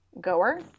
goer